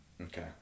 Okay